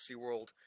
SeaWorld